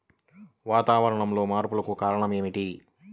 వాతావరణంలో మార్పులకు కారణాలు ఏమిటి?